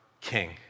king